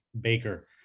Baker